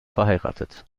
verheiratet